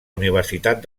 universitat